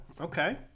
okay